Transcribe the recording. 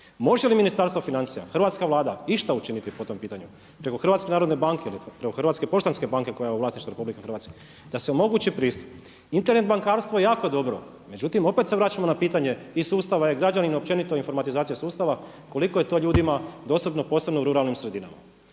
Može li Ministarstvo financija, hrvatska Vlada išta učiniti po tom pitanju, preko HNB-a, preko HPB-a koja je u vlasništvu RH da se omogući pristup? Internet bankarstvo je jako dobro međutim opet se vraćamo na pitanje i sustava e-građanin, općenito informatizacija sustava, koliko je to ljudima dostupno, posebno u ruralnim sredinama.